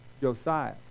josiah